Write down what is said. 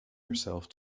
herself